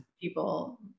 people